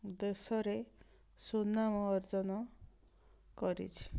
ଦେଶରେ ସୁନାମ ଅର୍ଜନ କରିଛି